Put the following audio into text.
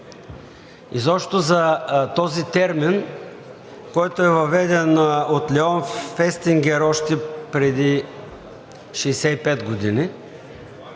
изобщо за този термин, който е въведен от Леон Фестингър още преди 65 години